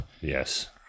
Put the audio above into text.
Yes